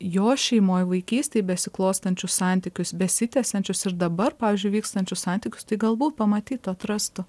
jo šeimoj vaikystėj besiklostančius santykius besitęsiančius ir dabar pavyzdžiui vykstančius santykius galbūt pamatytų atrastų